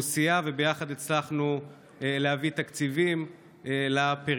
והוא סייע, וביחד הצלחנו להביא תקציבים לפריפריה.